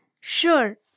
Sure